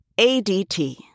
ADT